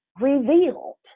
revealed